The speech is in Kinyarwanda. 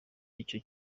icyo